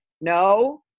No